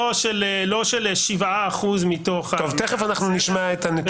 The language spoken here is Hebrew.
לא של 7% מתוך --- טוב, תכף נשמע את הנתונים.